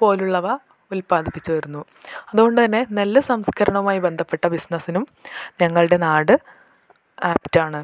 പോലുള്ളവ ഉൽപാദിപ്പിച്ച് വരുന്നു അത്കൊണ്ട് തന്നെ നെല്ല് സംസ്കരണവുമായി ബന്ധപ്പെട്ട ബിസ്നസ്സിനും ഞങ്ങളുടെ നാട് ആപ്പ്റ്റാണ്